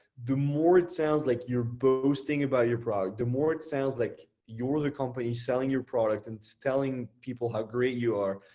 the more it sounds like you're boasting about your product, the more it sounds like you're the company selling your product and telling people how great you are,